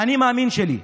האני-המאמין שלי,